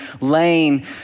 lane